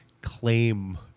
claim